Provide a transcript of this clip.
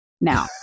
Now